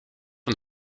een